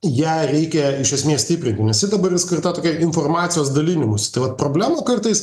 ją reikia iš esmės stiprint nes ji dabar ir skirta tokiai informacijos dalinimus tai vat problemų kartais